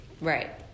Right